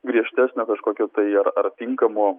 griežtesnio kažkokio tai ar ar tinkamo